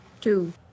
Two